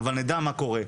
אבל נדע מה קורה.